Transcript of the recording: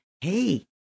hey